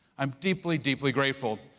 i'm deeply, deeply grateful.